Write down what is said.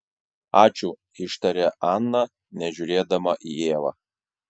ačiū ištarė ana nežiūrėdama į ievą